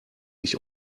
ich